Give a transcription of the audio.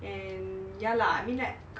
and ya lah I mean like